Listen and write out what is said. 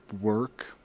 work